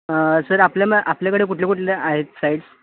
sir आपल्या मग आपल्याकडे कुठले कुठल्या आहेत साईड्स